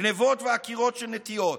גנבות ועקירות של נטיעות,